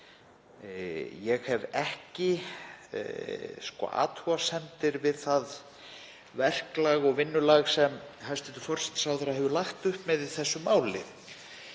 ég hef ekki athugasemdir við það verklag og vinnulag sem hæstv. forsætisráðherra hefur lagt upp með í þessu máli.